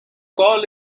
call